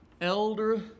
elder